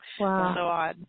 Wow